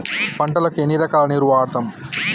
పంటలకు ఎన్ని రకాల నీరు వాడుతం?